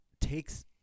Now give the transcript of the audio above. takes